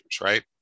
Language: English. right